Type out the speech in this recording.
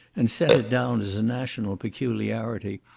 and set it down as a national peculiarity,